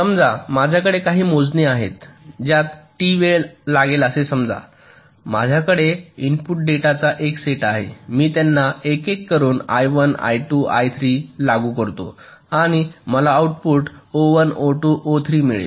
समजा माझ्याकडे काही मोजणी आहेत ज्यात टी वेळ लागेल असे समजा माझ्याकडे इनपुट डेटाचा एक सेट आहे मी त्यांना एक एक करून I1 I2 I3 लागू करतो आणि मला आउटपुट O1 O2 O3 मिळेल